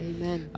Amen